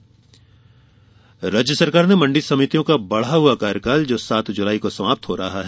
मण्डी कार्यकाल राज्य सरकार ने मंडी समितियों का बढ़ा हुआ कार्यकाल जो सात जुलाई को समाप्त हो रहा है